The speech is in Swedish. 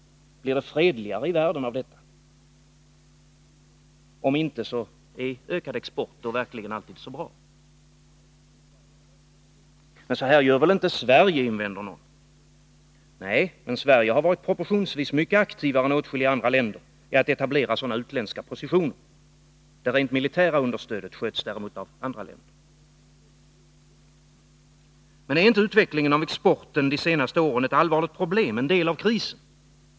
Blir det fredligare i världen av detta? Om inte, är ökad export då verkligen alltid så bra? Men så gör väl inte Sverige, invänder någon. Nej, men Sverige har varit proportionsvis mycket aktivare än åtskilliga andra länder i att etablera sådana utländska positioner. Det rent militära understödet sköts däremot av andra länder. Men är inte utvecklingen av exporten de senaste åren ett allvarligt problem, en del av krisen?